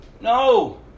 no